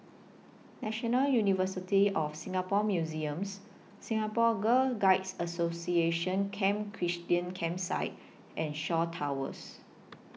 National University of Singapore Museums Singapore Girl Guides Association Camp Christine Campsite and Shaw Towers